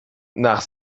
nach